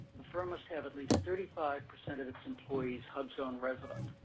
the firm must have at least thirty five percent of its employees hubzone resident.